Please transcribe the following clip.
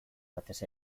batez